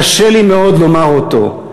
קשה לי מאוד לומר אותו,